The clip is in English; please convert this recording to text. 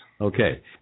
Okay